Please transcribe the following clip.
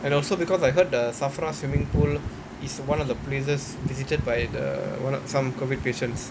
and also because I heard the SAFRA swimming pool is one of the places visited by the one of some COVID patients